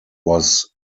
was